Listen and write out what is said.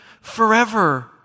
forever